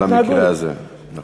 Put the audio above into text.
בגלל המקרה הזה, נכון.